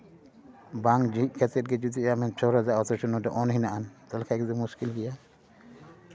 ᱵᱟᱝ ᱡᱷᱤᱡᱽ ᱠᱟᱛᱮᱫ ᱜᱮ ᱡᱩᱫᱤ ᱟᱢᱮᱢ ᱪᱷᱚᱨ ᱟᱫᱟ ᱚᱛᱷᱚᱪᱚ ᱱᱚᱰᱮ ᱚᱱ ᱦᱮᱱᱟᱜᱼᱟ ᱛᱟᱦᱞᱮ ᱠᱷᱟᱱ ᱫᱚ ᱢᱩᱥᱠᱤᱞ ᱜᱮᱭᱟ